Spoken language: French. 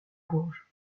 bourges